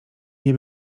nie